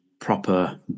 proper